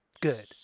good